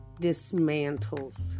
dismantles